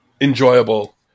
enjoyable